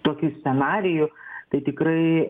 tokių scenarijų tai tikrai